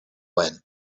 when